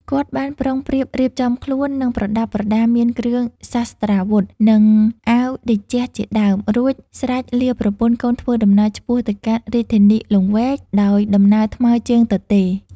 គាត់បានប្រុងប្រៀបរៀបចំខ្លួន និង ប្រដាប់ប្រដាមាន គ្រឿងសស្ត្រាវុធ និងអាវតេជះជាដើម រួចស្រេចលាប្រពន្ធកូនធ្វើដំណើរឆ្ពោះទៅកាន់រាជធានីលង្វែកដោយដំណើរថ្មើរជើងទទេ ។